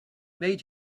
made